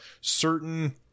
certain